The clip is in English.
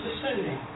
descending